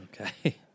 Okay